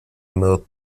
mowed